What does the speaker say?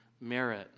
merit